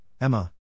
Emma